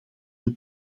het